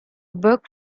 book